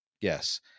Yes